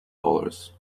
dollars